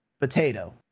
potato